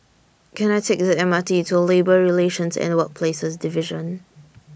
Can I Take The M R T to Labour Relations and Workplaces Division